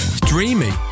dreamy